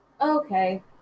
Okay